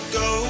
go